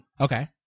Okay